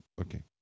okay